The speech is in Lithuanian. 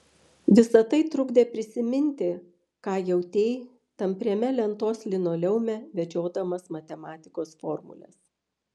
visa tai trukdė prisiminti ką jautei tampriame lentos linoleume vedžiodamas matematikos formules